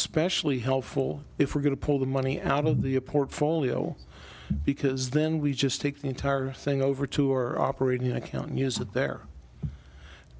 especially helpful if we're going to pull the money out of the a portfolio because then we just take the entire thing over to are operating accounting is that there